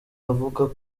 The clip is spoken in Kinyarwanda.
avugwa